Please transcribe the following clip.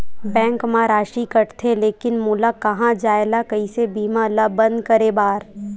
Bank मा राशि कटथे लेकिन मोला कहां जाय ला कइसे बीमा ला बंद करे बार?